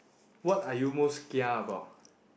what are you most kia about